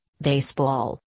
baseball